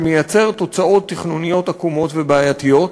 שמייצר תוצאות תכנוניות עקומות ובעייתיות.